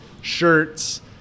shirts